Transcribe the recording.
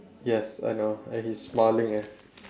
yes I know and he's smiling eh